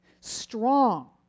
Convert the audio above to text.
Strong